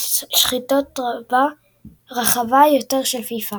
בשחיתות רחבה יותר של פיפ"א.